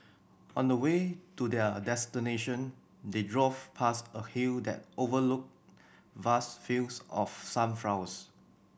on the way to their destination they drove past a hill that overlooked vast fields of sunflowers